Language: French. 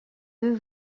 deux